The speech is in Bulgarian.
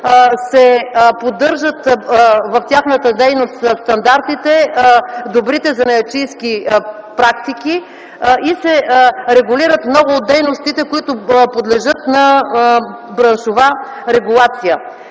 се поддържат стандартите, добрите занаятчийски практики и се регулират много от дейностите, подлежащи на браншова регулация.